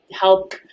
help